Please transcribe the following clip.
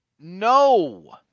No